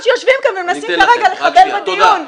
שיושבים כאן ומנסים כרגע לחבל בדיון.